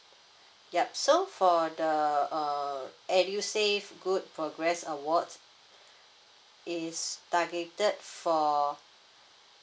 yup so for the err edusave good progress award is targetted for